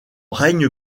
règne